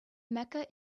mecca